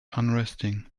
unresting